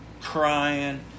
crying